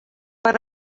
per